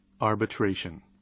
Arbitration